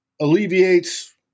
alleviates